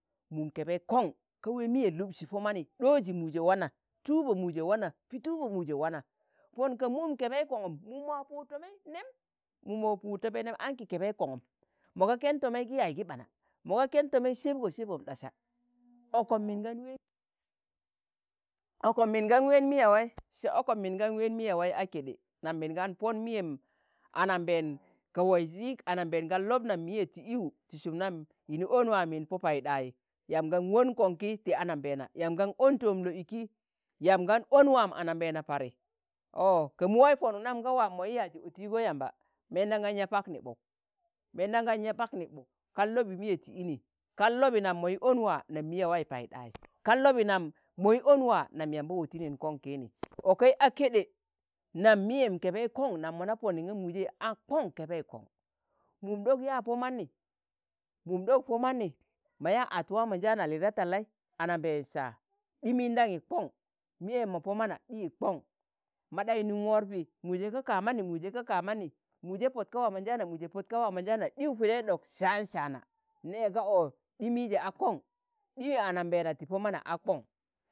mum kebei kon, ka wee miye luɓsi po mani, dooji muje waana, tuubo muje wana, Pi tuubo muje wana, pon ka mum kebei kongum mu waa puud tomei nem, mum waa puud tomei nem aṇki kẹbẹi kọṇgum, mo ga ken tomei gi yaaz ki ɓana, mo ga ken tomei sebgo sebom ɗasa, okom min gan ween okom min gan ween miyewai se okom min gan ween miyewai a keɗe, nam min gan pon miyem anambeen ka waiz ik anambeen gan lop nam miye ti iwu ti sum nam yini on waam yin pọ paiɗai, yam gan won koṇ ki anambeena yamb gan on toom lo'iki yam gan on waam anambeena pari, ọ ka mu wai ponuk nam ga waamo yi yaazi otigo yamba memdam gan ya pakni ɓuk, meendam gan yaa pakni ɓuk, kan lobi miye ti ini, kan lobi nam mo yi on waa nam miyewai paiɗai, kan lobi nam moyi on waa nam yamba otinin kon kiini, okei a keɗe nam miyem kebei kon nam mo na poni ng̣a muje a kọṇ kebei koṇ, mum ɗok yaa pọ mani, mum ɗok po mani, mọ yaa at waamọnjaana lii da talai ananbeen sạa ɗi mindayi koṇ miyem mo po mana ɗik kọṇ, ma ɗanyi num wọrpi muje ga kamani, muje ga kamani, muje pọt ka waamonjaana muje pot ka waamonjaana, ɗiwo pide ɗok sạan sạana, nee ga ọ, ɗi mije a kọṇ ɗiu ga anambeena ti pọ mana a kọṇ